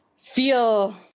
feel